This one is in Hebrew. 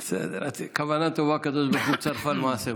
בסדר, כוונה טובה, הקדוש ברוך הוא מצרפה למעשה.